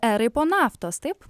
erai po naftos taip